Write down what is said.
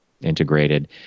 integrated